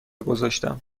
گذاشتم